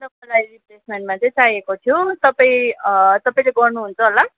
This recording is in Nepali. तपाईँलाई चाहिँ त्यसमा चाहिँ चाहिएको थियो तपाईँ तपाईँ के गर्नुहुन्छ होला